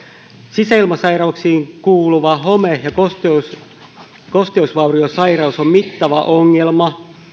sisäilmasairauksiin kuuluva home ja kosteusvauriosairaus on mittava ongelma